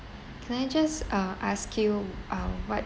can I just uh ask you ah what